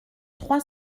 trois